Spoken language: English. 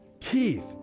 Keith